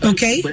Okay